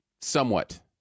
somewhat